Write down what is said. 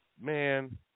Man